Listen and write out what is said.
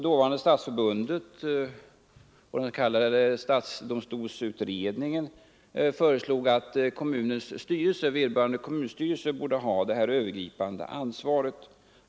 Dåvarande Stadsförbundet och den s.k. stadsdomstolsutredningen föreslog att vederbörande kommunstyrelse skulle ha det övergripande ansvaret för trafikfrågorna.